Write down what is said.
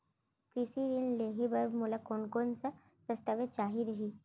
कृषि ऋण लेहे बर मोला कोन कोन स दस्तावेज चाही रही?